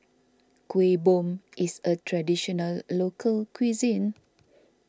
Kueh Bom is a Traditional Local Cuisine